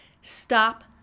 stop